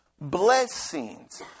blessings